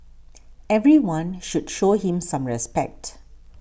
everyone should show him some respect